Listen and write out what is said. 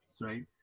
right